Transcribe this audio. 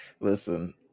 listen